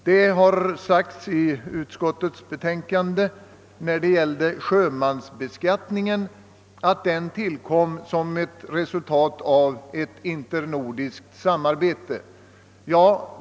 Det sägs i utskottets betänkande, att sjömansbeskattningen tillkom som ett resultat av ett nordiskt samarbete.